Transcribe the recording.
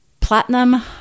Platinum